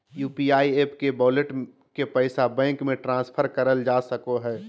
UPI app के wallet के पैसा बैंक मे ट्रांसफर करल जा सको हय